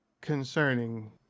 concerning